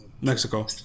Mexico